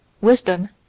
Wisdom